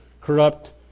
corrupt